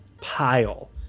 pile